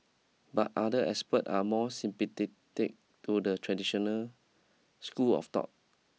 but other expert are more sympathetic to the traditional school of thought